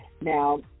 Now